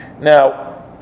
Now